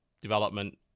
development